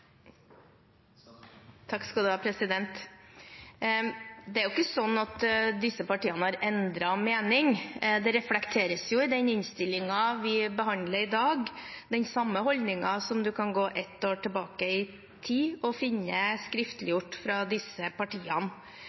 Det er ikke sånn at disse partiene har endret mening. Det reflekteres jo i den innstillingen vi behandler i dag – den samme holdningen som man kan gå ett år tilbake i tid og finne skriftliggjort fra disse partiene.